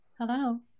Hello